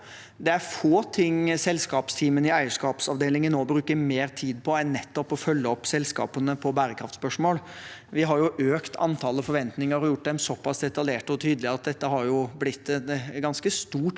Det er få ting selskapsteamene i eierskapsavdelingen nå bruker mer tid på enn nettopp å følge opp selskapene på bærekraftsspørsmål. Vi har økt antallet forventninger og gjort dem såpass detaljerte og tydelige at dette har blitt et ganske stort